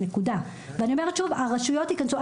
אני אומרת שוב, הרשויות יכנסו.